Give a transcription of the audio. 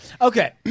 Okay